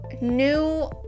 new